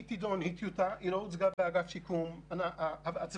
דמי קיום --- זה לא אמור --- אני אומר